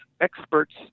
Experts